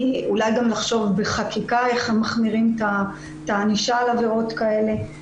אולי צריך לחשוב איך בחקיקה מחמירים את הענישה על עבירות כאלה.